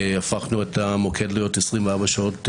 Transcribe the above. הפכנו את המוקד להיות 24 שעות.